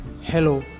hello